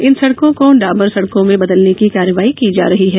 इन सड़कों को डामर सड़कों में बदलने की कार्यवाही की जा रही है